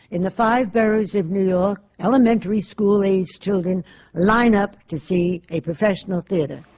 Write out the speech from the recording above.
in the five boroughs of new york. elementary school age children line up to see a professional theatre.